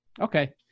Okay